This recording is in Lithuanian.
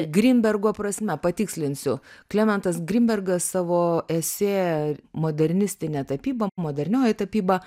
grinbergo prasme patikslinsiu klementas grinbergas savo esė modernistinė tapyba modernioji tapyba